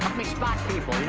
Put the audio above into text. me spot people, you know,